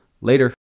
Later